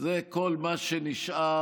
זה כל מה שנשאר